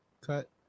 cut